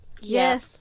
yes